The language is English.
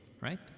Right